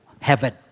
heaven